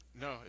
no